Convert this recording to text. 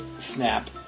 snap